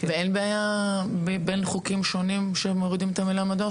אין בעיה בין חוקים שונים כאשר מורידים את המילה מדור?